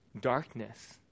darkness